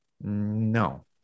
No